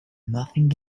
nothing